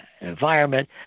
environment